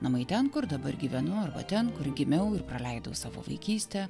namai ten kur dabar gyvenu arba ten kur gimiau ir praleidau savo vaikystę